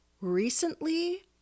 recently